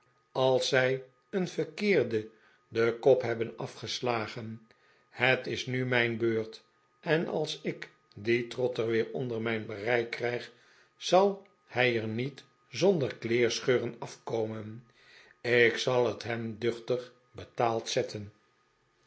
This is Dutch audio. als zij een verkeerden den kop hebben afgeslagen het is nu mijn beurt en als ik dien trotter weer onder mijn bereik krijg zal hij er niet zonder kleerscheuren afkomen ik zal het hem duchtig betaald zetten